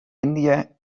indië